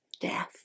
death